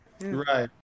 Right